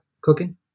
cooking